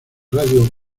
radio